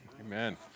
Amen